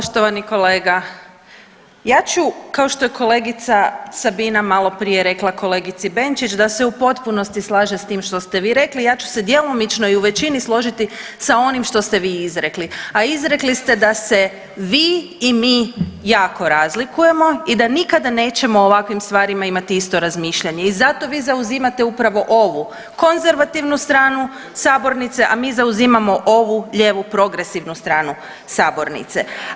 Poštovani kolega, ja ću kao što je kolegica Sabina maloprije rekla kolegici Benčić da se u potpunosti slaže s tim što ste vi rekli, a ja ću se djelomično i u većini složiti sa onim šta ste vi izrekli, a izrekli ste da se vi i mi jako razlikujemo i da nikada nećemo o ovakvim stvarima imati isto razmišljanje i zato vi zauzimate upravo ovu konzervativnu stranu sabornice, a mi zauzimamo ovu lijevu progresivnu stranu sabornice.